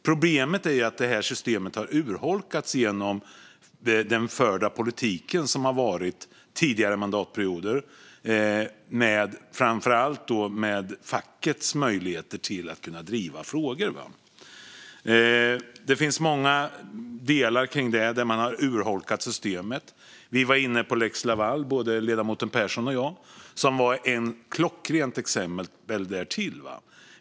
Problemet är att detta system har urholkats genom den politik som förts under tidigare mandatperioder, framför allt när det handlar om fackets möjligheter att driva frågor. Där finns det många delar där man har urholkat systemet. Både ledamoten Persson och jag var inne på lex Laval, som var ett klockrent exempel på detta.